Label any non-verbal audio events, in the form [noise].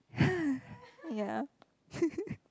[noise] ya [laughs]